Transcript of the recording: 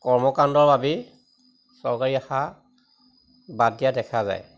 কৰ্মকাণ্ডৰ বাবেই চৰকাৰী আশা বাদ দিয়া দেখা যায়